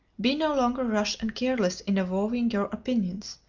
be no longer rash and careless in avowing your opinions.